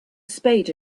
spade